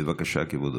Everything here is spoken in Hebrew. בבקשה, כבודו.